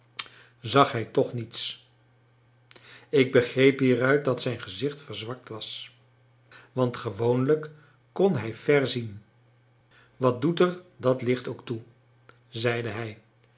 zag hij toch niets ik begreep hieruit dat zijn gezicht verzwakt was want gewoonlijk kon hij ver zien wat doet er dat licht ook toe zeide hij